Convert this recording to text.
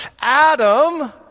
Adam